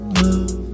love